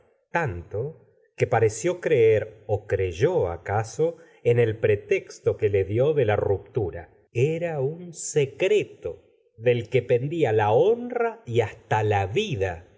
tanto que pareció creer ó creyó acaso en el pretexto que le dió de la ruptura era un secreto del que pendia la honra y hasta la vida